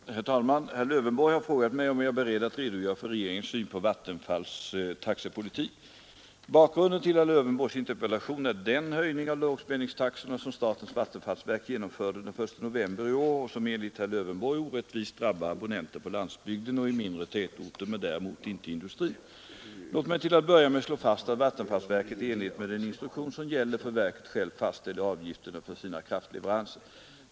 Herr talman! Herr Lövenborg har frågat mig om jag är beredd att redogöra för regeringens syn på Vattenfalls taxepolitik. Bakgrunden till herr Lövenborgs interpellation är den höjning av lågspänningstaxorna som statens vattenfallsverk genomförde den 1 november i år och som enligt herr Lövenborg orättvist drabbar abonnenter på landsbygden och i mindre tätorter men däremot inte industrin. Låt mig till att börja med slå fast att vattenfallsverket i enlighet med den instruktion som gäller för verket självt fastställer avgifterna för sina kraftleveranser.